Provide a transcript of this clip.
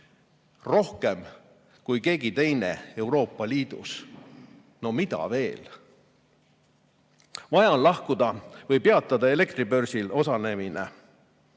rohkem kui keegi teine Euroopa Liidus. No mida veel? Vaja on lahkuda börsilt või peatada elektribörsil osalemine.